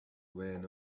ran